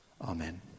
Amen